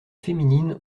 féminines